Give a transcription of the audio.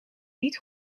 niet